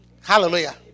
Hallelujah